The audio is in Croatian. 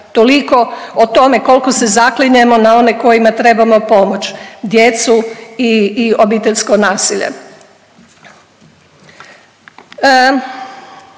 Toliko o tome kolko se zaklinjemo na one kojima trebamo pomoć djecu i obiteljsko nasilje.